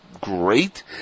great